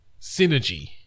synergy